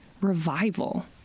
revival